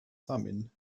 thummim